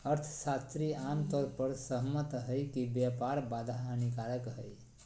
अर्थशास्त्री आम तौर पर सहमत हइ कि व्यापार बाधा हानिकारक हइ